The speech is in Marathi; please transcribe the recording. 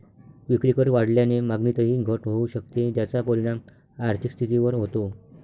विक्रीकर वाढल्याने मागणीतही घट होऊ शकते, ज्याचा परिणाम आर्थिक स्थितीवर होतो